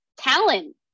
talent